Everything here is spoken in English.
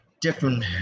different